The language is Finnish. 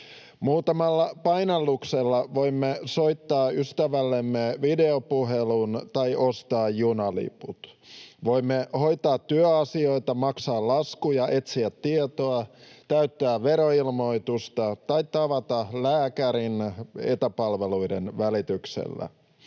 Muutamalla painalluksella voimme soittaa ystävällemme videopuhelun tai ostaa junaliput. Voimme hoitaa työasioita, maksaa laskuja, etsiä tietoa, täyttää veroilmoitusta tai tavata lääkärin etäpalveluiden välityksellä.